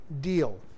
deal